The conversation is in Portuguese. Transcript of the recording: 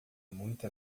muito